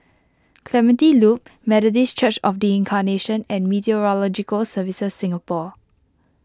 Clementi Loop Methodist Church of the Incarnation and Meteorological Services Singapore